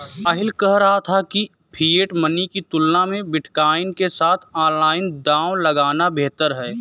साहिल कह रहा था कि फिएट मनी की तुलना में बिटकॉइन के साथ ऑनलाइन दांव लगाना बेहतर हैं